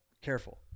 Careful